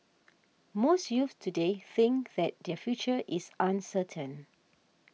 most youths today think that their future is uncertain